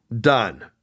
done